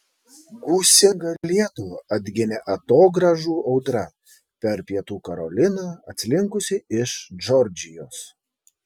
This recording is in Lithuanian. gūsingą lietų atginė atogrąžų audra per pietų karoliną atslinkusi iš džordžijos